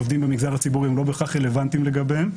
עובדים במגזר הציבורי הם לא בהכרח רלוונטיים לגביהם.